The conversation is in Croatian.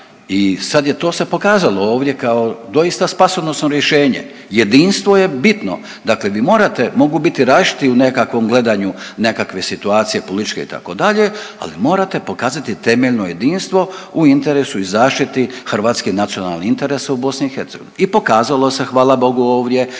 i sad je to se pokazalo ovdje kao doista spasonosno rješenje. Jedinstvo je bitno, dakle vi morate, mogu biti različiti u nekakvom gledanju nekakve situacije političke itd., ali morate pokazati temeljno jedinstvo u interesu i zaštiti hrvatskih nacionalnih interesa u BiH. I pokazalo se hvala Bogu ovdje.